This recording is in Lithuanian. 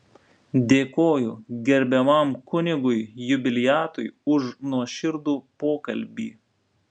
dėkoju gerbiamam kunigui jubiliatui už nuoširdų pokalbį